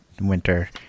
winter